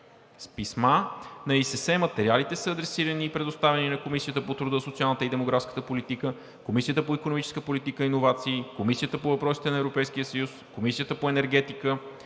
С писма на ИСС материалите са адресирани и предоставени на Комисията по труда, социалната и демографската политика, Комисията по икономическа политика и иновации, Комисията по въпросите на Европейския съюз, Комисията по енергетика,